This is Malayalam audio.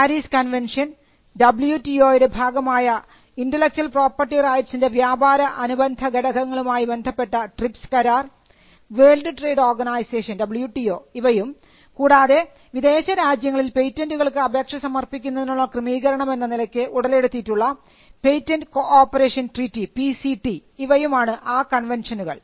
Paris convention W T O യുടെ ഭാഗമായ ഇന്റെലക്ച്വൽ പ്രോപ്പർട്ടി റൈറ്റ്സിൻറെ വ്യാപാര അനുബന്ധ ഘടകങ്ങളും ആയി ബന്ധപ്പെട്ട ട്രിപ്സ് കരാർ വേൾഡ് ട്രേഡ് ഓർഗനൈസേഷൻ ഇവയും കൂടാതെ വിദേശരാജ്യങ്ങളിൽ പേറ്റന്റുകൾക്ക് അപേക്ഷ സമർപ്പിക്കുന്നതിനുള്ള ക്രമീകരണം എന്ന നിലയ്ക്ക് ഉടലെടുത്തിട്ടുള്ള patent cooperation treaty P C T ഇവയാണ് ആ കൺവെൻഷനുകൾ